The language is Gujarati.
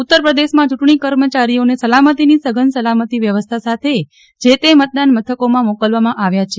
ઉત્તરપ્રદેશમાં ચૂંટણી કર્મચારીઓને સલામતીની સઘન સલામતી વ્યવસ્થા સાથે જે તે મતદાન મથકોમાં મોકલવામાં આવ્યા છે